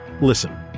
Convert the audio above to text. Listen